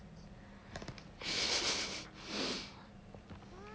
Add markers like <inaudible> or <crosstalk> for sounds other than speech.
<laughs>